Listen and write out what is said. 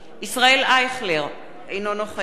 ישראל אייכלר, אינו נוכח